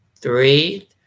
three